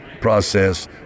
process